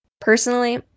Personally